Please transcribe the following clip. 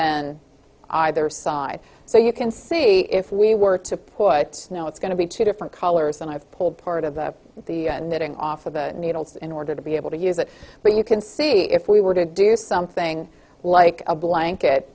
then either side so you can see if we were to put you know it's going to be two different colors and i've pulled part of the knitting off of the needles in order to be able to use it but you can see if we were to do something like a blanket